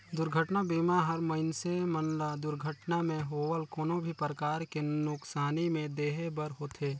दुरघटना बीमा हर मइनसे मन ल दुरघटना मे होवल कोनो भी परकार के नुकसानी में देहे बर होथे